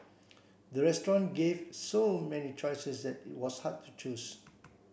the restaurant gave so many choices that it was hard to choose